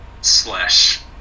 slash